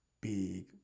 big